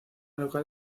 local